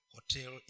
Hotel